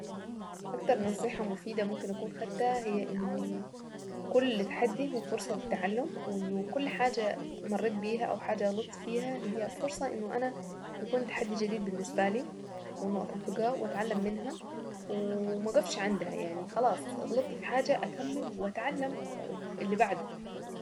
اكتر نصيحة مفيدة ممكن اكون خدتها هي انه كل تحدي هو فرصة للتعلم وانه كل حاجة مريت بيها او حاجة غلطت فيها هي فرصة انه انا يكون تحدي جديد بالنسبة لي وانه اطبقها واتعلم منها وما اقفش عندها يعني خلاص غلطت في حاجة اكمل واتعلم.